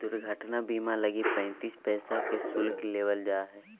दुर्घटना बीमा लगी पैंतीस पैसा के शुल्क लेबल जा हइ